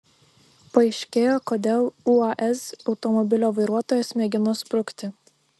paaiškėjo kodėl uaz automobilio vairuotojas mėgino sprukti